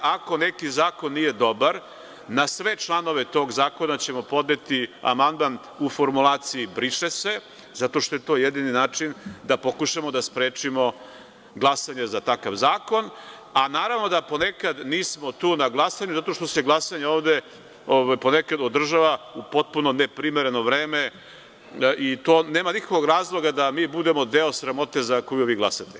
Ako neki zakon nije dobar, na sve članove tog zakona ćemo podneti amandman u formulaciji – briše se, zato što je to jedini način da pokušamo da sprečimo glasanje za takav zakon, a naravno da ponekad nismo tu na glasanju zato što se glasanje ovde ponekad održava u potpuno neprimereno vreme i nema nikakvog razloga da mi budemo deo sramote za koju vi glasate.